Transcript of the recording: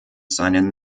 seinen